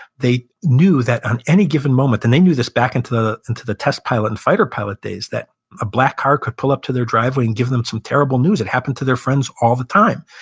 they knew that on any given moment, and they knew this back into the into the test pilot and fighter pilot days, that a black car could pull up to their driveway and give them some terrible news. it happened to their friends all the time.